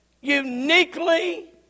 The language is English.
uniquely